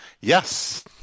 yes